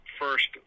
first